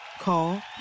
call